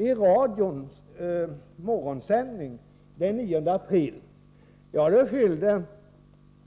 I radions morgonsändning den 9 april skyllde